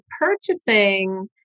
purchasing